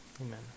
Amen